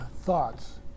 thoughts